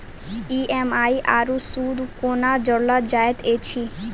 EMI आरू सूद कूना जोड़लऽ जायत ऐछि?